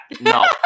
no